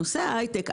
בנושא ההיי-טק.